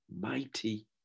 mighty